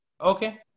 Okay